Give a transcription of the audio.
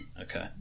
Okay